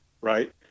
Right